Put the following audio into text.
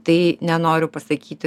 tai nenoriu pasakyti